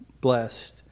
blessed